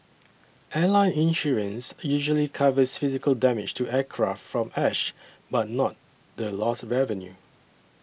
airline insurance usually covers physical damage to aircraft from ash but not the lost revenue